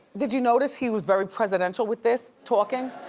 did you notice he was very presidential with this talking?